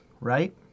right